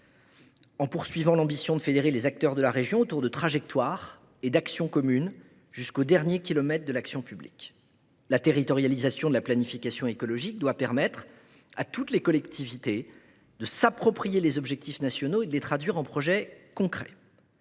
poursuivra l’ambition de fédérer les acteurs de la région autour de trajectoires et d’actions communes jusqu’au dernier kilomètre de l’action publique. La territorialisation de la planification écologique doit permettre à toutes les collectivités de s’approprier les objectifs nationaux et de les traduire en projets concrets.